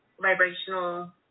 vibrational